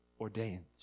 ordains